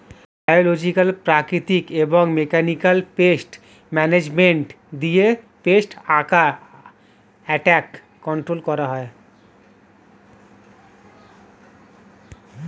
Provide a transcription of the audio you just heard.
biological, প্রাকৃতিক এবং mechanical pest management দিয়ে পেস্ট অ্যাটাক কন্ট্রোল করা হয়